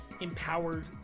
empowered